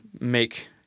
make